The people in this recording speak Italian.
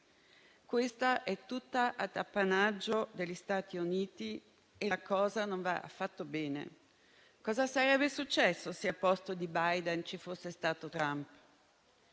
è tutta ad appannaggio degli Stati Uniti e la cosa non va affatto bene. Cosa sarebbe successo se, al posto di Biden, ci fosse stato Trump?